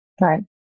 Right